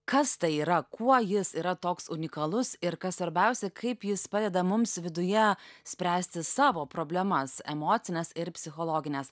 kas tai yra kuo jis yra toks unikalus ir kas svarbiausia kaip jis padeda mums viduje spręsti savo problemas emocines ir psichologines